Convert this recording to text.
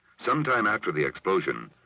sometime after the explosion,